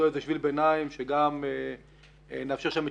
למצוא איזה שביל ביניים שגם מאפשר שם את